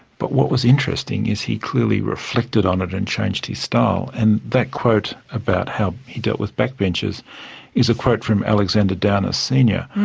but what was interesting is he clearly reflected on it and changed his style. and that quote about how he dealt with backbenchers is a quote from alexander downer senior,